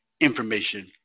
information